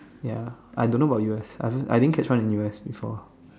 ya I don't know about U_S I I didn't catch one in U_S before